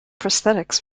prosthetics